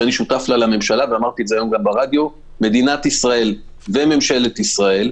שאני שותף לה אמרתי את זה היום גם ברדיו מדינת ישראל וממשלת ישראל,